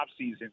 offseason